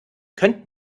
könnt